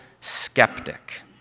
skeptic